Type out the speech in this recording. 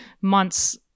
months